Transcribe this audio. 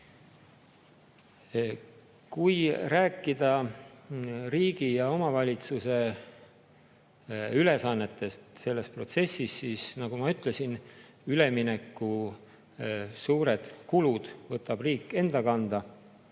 Kui rääkida riigi ja omavalitsuse ülesannetest selles protsessis, siis nagu ma ütlesin, ülemineku suured kulud võtab riik enda kanda.